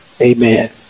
Amen